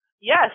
Yes